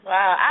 Wow